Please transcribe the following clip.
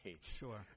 Sure